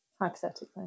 Hypothetically